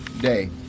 Day